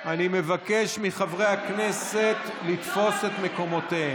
בעד, 18, נגד,